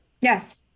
yes